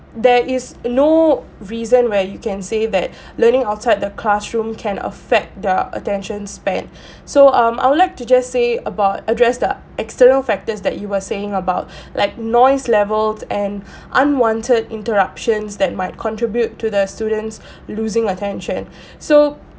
there is no reason where you can say that learning outside the classroom can affect their attention span so um I would like to just say about address that external factors that you were saying about like noise levels and unwanted interruptions that might contribute to the students losing attention so